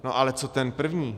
No ale co ten první?